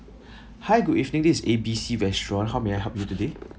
hi good evening this is A B C restaurant how may I help you today